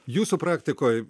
jūsų praktikoj